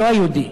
לא היהודי.